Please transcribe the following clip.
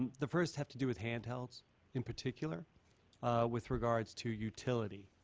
and the first have to do with handhelds in particular with regards to utility.